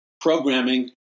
Programming